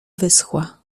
wyschła